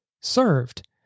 served